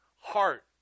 heart